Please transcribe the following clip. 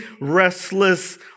restless